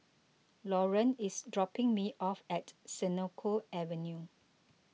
Lauren is dropping me off at Senoko Avenue